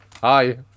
Hi